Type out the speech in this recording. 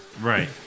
right